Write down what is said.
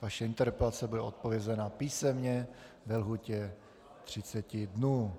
Vaše interpelace bude odpovězena písemně ve lhůtě 30 dnů.